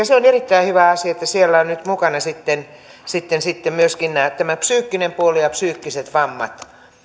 se on erittäin hyvä asia että siellä on nyt sitten sitten mukana myöskin tämä psyykkinen puoli ja psyykkiset vammat